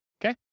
Okay